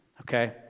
okay